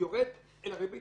הריבית